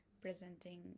presenting